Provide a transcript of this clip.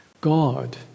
God